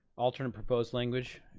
alternate proposed language,